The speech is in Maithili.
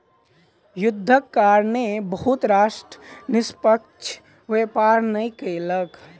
युद्धक कारणेँ बहुत राष्ट्र निष्पक्ष व्यापार नै कयलक